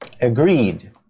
Agreed